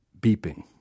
beeping